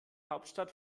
hauptstadt